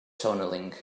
tunneling